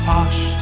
Hush